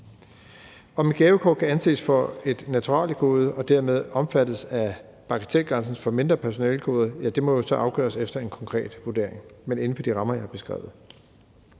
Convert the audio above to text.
Om et gavekort kan anses som et naturaliegode og dermed omfattes af bagatelgrænsen for mindre personalegoder, må jo så afgøres efter en konkret vurdering, men inden for de rammer, jeg har beskrevet.